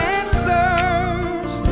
answers